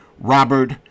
Robert